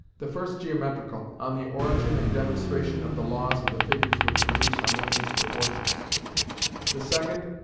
the first geometrical, on the origin and demonstration of the laws of the figures which produce harmonious proportions the second,